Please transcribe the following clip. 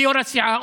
כיו"ר הסיעה,